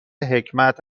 حکمت